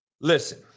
Listen